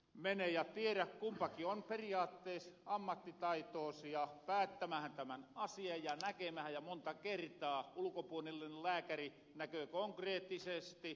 mene ja tierä kumpakin on periaattees ammattitaitoosia päättämähän tämän asian ja näkemähän ja monta kertaa ulkopuolinen lääkäri näköö konkreettisesti